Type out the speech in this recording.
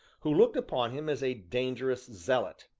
who looked upon him as a dangerous zealot,